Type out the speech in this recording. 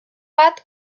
bat